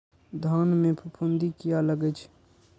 धान में फूफुंदी किया लगे छे?